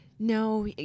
No